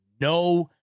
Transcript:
No